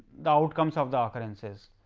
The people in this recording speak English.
the outcomes of the occurrences.